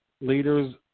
leaders